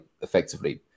effectively